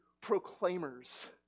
proclaimers